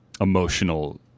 emotional